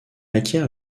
acquiert